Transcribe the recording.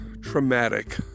traumatic